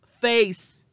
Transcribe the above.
face